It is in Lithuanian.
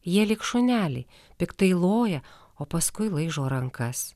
jie lyg šuneliai piktai loja o paskui laižo rankas